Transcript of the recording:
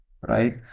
right